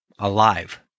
Alive